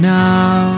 now